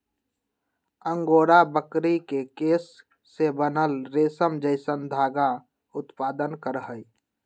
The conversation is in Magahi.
अंगोरा बकरी के केश से बनल रेशम जैसन धागा उत्पादन करहइ